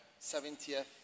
70th